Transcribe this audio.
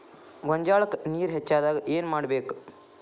ಗೊಂಜಾಳಕ್ಕ ನೇರ ಹೆಚ್ಚಾದಾಗ ಏನ್ ಮಾಡಬೇಕ್?